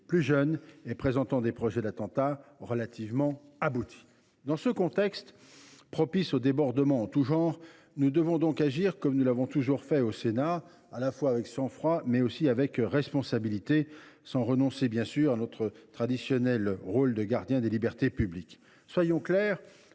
plus jeunes et présentant des projets d’attentat relativement aboutis. Dans ce contexte, propice aux débordements de tout genre, nous devons agir comme nous l’avons toujours fait au Sénat, avec à la fois sang froid et responsabilité, sans renoncer à notre rôle traditionnel de gardien des libertés publiques. Soyons clairs